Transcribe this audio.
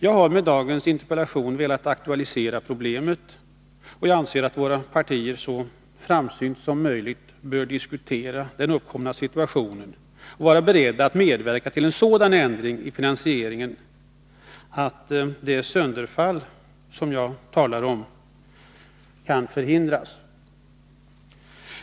Jag har med dagens interpellation velat aktualisera problemet, och jag anser att våra partier så framsynt som möjligt bör diskutera den uppkomna situationen och vara beredda att medverka till en sådan ändring i finansieringen att det sönderfall som jag talar om kan förhindras.